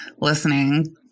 listening